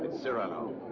cyrano.